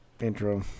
intro